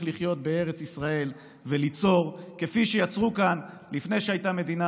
לחיות בארץ ישראל וליצור כפי שיצרו כאן לפני שהייתה מדינה